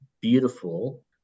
beautiful